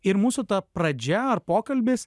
ir mūsų ta pradžia ar pokalbis